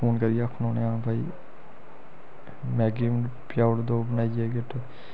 phone करियै आक्खी ओड़ना उनें हां भाई मैगी पजाई ओड़ो दो बनाइयै प्लेटां